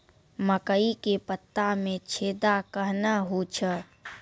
मकई के पत्ता मे छेदा कहना हु छ?